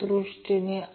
5 Ω दिला आहे